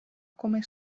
come